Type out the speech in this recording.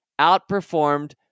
outperformed